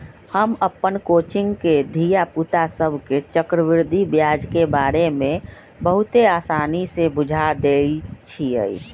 हम अप्पन कोचिंग के धिया पुता सभके चक्रवृद्धि ब्याज के बारे में बहुते आसानी से बुझा देइछियइ